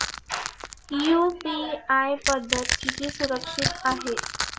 UPI पद्धत किती सुरक्षित आहे?